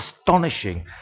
astonishing